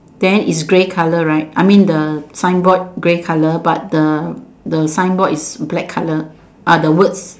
then is grey colour right I mean the signboard grey colour but the the signboard is black colour ah the words